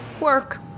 work